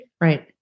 Right